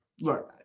look